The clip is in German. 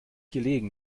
gelegen